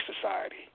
society